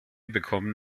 bekommen